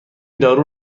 دارو